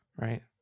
right